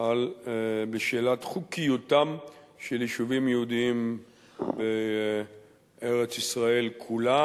בשאלת חוקיותם של יישובים יהודיים בארץ-ישראל כולה.